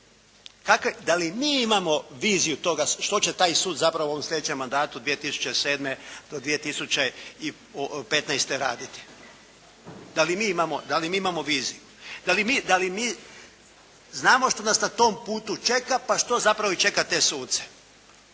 da li mi imamo viziju toga što će taj sud zapravo u sljedećem mandatu 2007. do 2015. raditi. Da li mi imamo viziju? Da li mi znamo što nas na tom putu čeka pa što zapravo i čeka te suce?